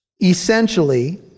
Essentially